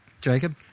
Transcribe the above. Jacob